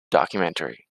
documentary